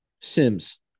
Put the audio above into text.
Sims